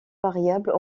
variables